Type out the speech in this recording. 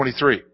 23